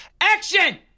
Action